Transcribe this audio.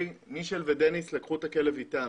מישל ודניס לקחו את הכלב איתם.